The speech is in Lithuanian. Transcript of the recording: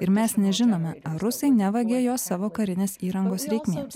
ir mes nežinome ar rusai nevagia jo savo karinės įrangos reikmėms